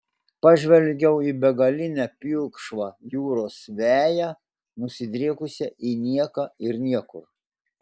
pažvelgiau į begalinę pilkšvą jūros veją nusidriekusią į nieką ir niekur